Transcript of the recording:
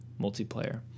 multiplayer